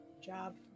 job